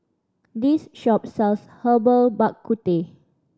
this shop sells Herbal Bak Ku Teh